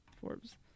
Forbes